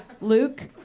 Luke